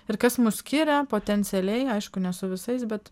ir kas mus skiria potencialiai aišku ne su visais bet